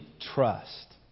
trust